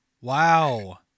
Wow